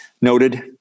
noted